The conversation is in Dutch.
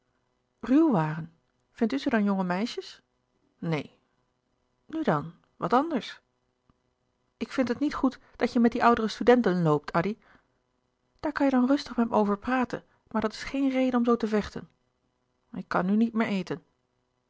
u ze dan jonge meisjes louis couperus de boeken der kleine zielen neen nu dan wat anders ik vind het niet goed dat je met die oudere studenten loopt addy daar kan je dan rustig met me over praten maar dat is geen reden om zoo te vechten ik kan nu niet meer eten